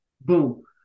Boom